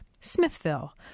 Smithville